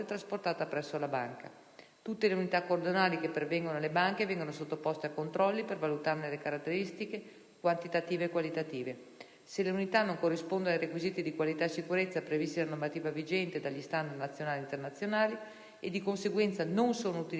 Tutte le unità cordonali che pervengono alle banche vengono sottoposte a controlli per valutarne le caratteristiche quantitative e qualitative. Se le unità non corrispondono ai requisiti di qualità e sicurezza previsti dalla normativa vigente e dagli standard nazionali e internazionali, e di conseguenza non sono utilizzabili ad uso terapeutico,